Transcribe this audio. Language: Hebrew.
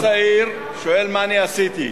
אותו צעיר שואל: מה אני עשיתי?